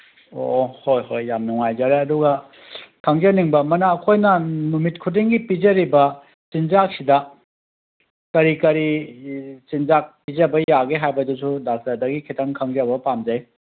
ꯑꯣ ꯍꯣꯏ ꯍꯣꯏ ꯌꯥꯝ ꯅꯨꯡꯉꯥꯏꯖꯔꯦ ꯑꯗꯨꯒ ꯈꯪꯖꯅꯤꯡꯕ ꯑꯃꯅ ꯑꯩꯈꯣꯏꯅ ꯅꯨꯃꯤꯠ ꯈꯨꯗꯤꯡꯒꯤ ꯄꯤꯖꯔꯤꯕ ꯆꯤꯟꯖꯥꯛꯁꯤꯗ ꯀꯔꯤ ꯀꯔꯤ ꯆꯤꯟꯖꯥꯛ ꯄꯤꯖꯕ ꯌꯥꯒꯦ ꯍꯥꯏꯕꯗꯨꯁꯨ ꯗꯥꯛꯇꯔꯗꯒꯤ ꯈꯤꯇꯪꯈꯪꯖꯕ ꯄꯥꯝꯖꯩ